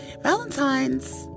Valentine's